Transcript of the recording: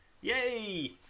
Yay